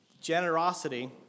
Generosity